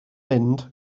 mynd